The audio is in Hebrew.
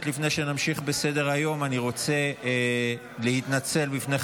שר המשפטים יריב לוין: תודה רבה, אדוני היושב-ראש.